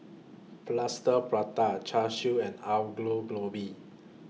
Plaster Prata Char Siu and Aloo Gobi